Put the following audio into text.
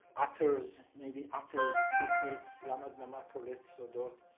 utters may be uttered secrets. yama mamapollet sodot.